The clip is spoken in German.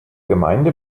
gemeinde